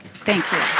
thank you.